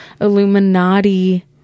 Illuminati